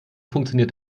funktioniert